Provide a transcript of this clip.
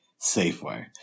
Safeway